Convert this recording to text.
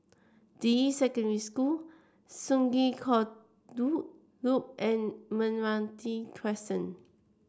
Deyi Secondary School Sungei Kadut Loop and Meranti Crescent